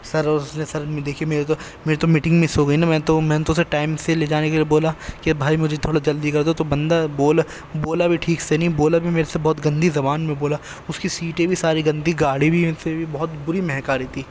سر اور اس نے سر دیکھیے میری تو میری تو میٹنگ مس ہو گئی نا میں تو میں نے تو اسے ٹائم سے لے جانے کے لیے بولا کہ بھائی مجھے تھوڑا جلدی کر دو تو بندہ بولا بولا بھی ٹھیک سے نہیں بولا بھی میرے سے بہت گندی زبان میں بولا اس کی سیٹیں بھی ساری گندی گاڑی بھی سے بھی بہت بری مہک آ رہی تھی